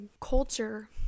culture